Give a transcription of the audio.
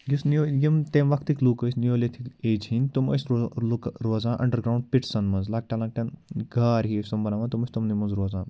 یُس نیو یِم تَمہِ وقتٕکۍ لُکھ ٲسۍ نیولِتھِک ایجہِ ہِنٛدۍ تِم أسۍ لٔہ لُکہٕ روزان انٛڈَر گرٛاوُنٛڈ پِٹسَن منٛز لۄکٹٮ۪ن لۄکٹٮ۪ن گار ہی سُم بناوان تِم ٲسۍ تِمنٕے منٛز روزان